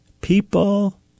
people